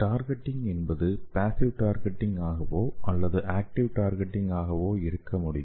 targeting என்பது passive targeting ஆகவோ அல்லது ஆக்டிவ் டார்கெட்டிங் ஆகவோ இருக்கமுடியும்